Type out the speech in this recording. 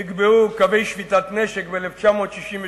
נקבעו קווי שביתת נשק ב-1949,